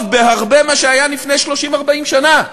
טוב בהרבה ממה שהיה לפני 30, 40 שנה.